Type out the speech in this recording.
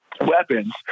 weapons